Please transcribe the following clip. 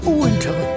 winter